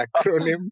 acronym